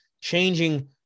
changing